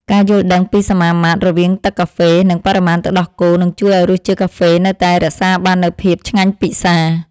ការយល់ដឹងពីសមាមាត្ររវាងទឹកកាហ្វេ និងបរិមាណទឹកដោះគោនឹងជួយឱ្យរសជាតិកាហ្វេនៅតែរក្សាបាននូវភាពឆ្ងាញ់ពិសា។